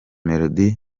melody